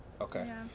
okay